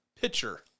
pitcher